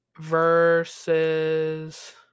versus